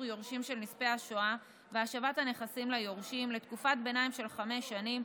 יורשים של נספי השואה והשבת הנכסים ליורשים לתקופת ביניים של חמש שנים,